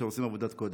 שעושים עבודת קודש.